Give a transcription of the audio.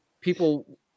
people